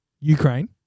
Ukraine